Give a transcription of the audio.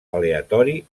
aleatori